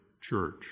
church